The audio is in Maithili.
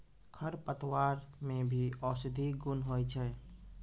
खरपतवार मे भी औषद्धि गुण होय छै